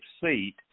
seat